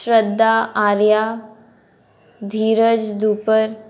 Shraddha Arya Dhiraj Dhupar